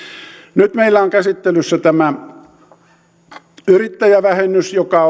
nyt meillä on käsittelyssä yrittäjävähennys joka